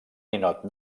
ninot